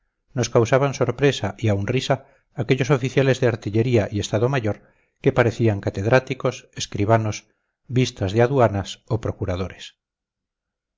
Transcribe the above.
nos causaban sorpresa y aun risa aquellos oficiales de artillería y estado mayor que parecían catedráticos escribanos vistas de aduanas o procuradores